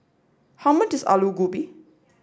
how much is Aloo Gobi